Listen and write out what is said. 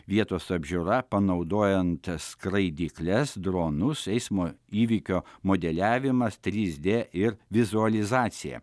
vietos apžiūra panaudojant skraidykles dronus eismo įvykio modeliavimas trys d ir vizualizacija